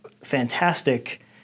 fantastic